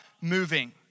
Moving